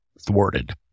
thwarted